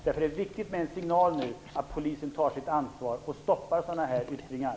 Det är därför viktigt med en signal som visar att polisen tar sitt ansvar och stoppar sådana här yttringar.